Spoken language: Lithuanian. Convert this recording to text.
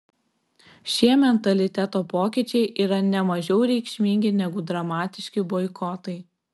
šie mentaliteto pokyčiai yra ne mažiau reikšmingi negu dramatiški boikotai